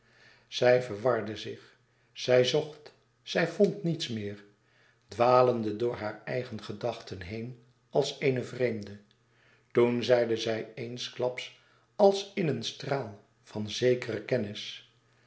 zij verwarde zich zij zocht zij vond niets meer dwalende door haar eigen gedachten heen als eene vreemde toen zeide zij eensklaps als in een straal van zekere kennis